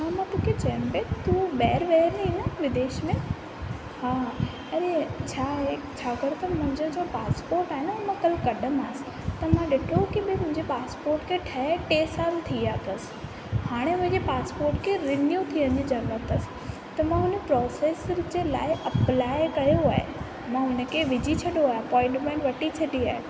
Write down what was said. हा मां तोखे चयमि पिए तूं ॿाहिरि वियल आईं न विदेश में हा अरे छा आहे छाकाणि त मुंहिंजो जो पास्पोर्ट आहे न इन कल कढियोमांसि त मां ॾिठो की भई मुंहिंजे पास्पोर्ट खे ठहे टे साल थी विया अथसि हाणे मुंहिंजे पास्पोर्ट खे रिन्यू थियण जी ज़रूरत अथसि त मां हुन प्रोसेस जे लाइ अप्लाए कयो आहे मां हुन खे विझी छॾो आहे अपॉईंटमेंट वठी छॾी आहे